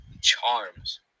Charms